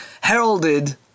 heralded